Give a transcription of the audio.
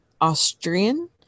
austrian